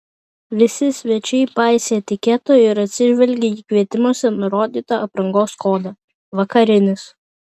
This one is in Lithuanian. visi svečiai paisė etiketo ir atsižvelgė į kvietimuose nurodytą aprangos kodą vakarinis